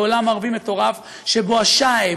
בעולם ערבי מטורף שבו השאעב,